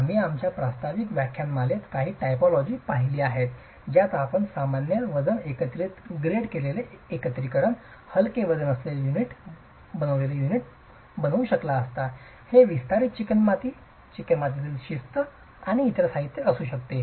आम्ही आमच्या प्रास्ताविक व्याख्यानमालेत काही टिपोलॉजीज पाहिली आहेत ज्यात आपण सामान्य वजन एकत्रीत ग्रेड केलेले एकत्रीकरण हलके वजन असलेले युनिट बनविलेले युनिट बनवू शकला असता ते विस्तारीत चिकणमाती विस्तारित शिस्ट आणि इतर साहित्य असू शकते